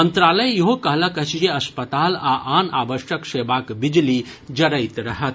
मंत्रालय ईहो कहलक अछि जे अस्पताल आ आन आवश्यक सेवाक बिजली जरैत रहत